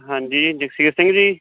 ਹਾਂਜੀ ਜਗਸੀਰ ਸਿੰਘ ਜੀ